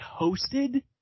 hosted